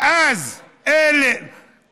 מאז אלה,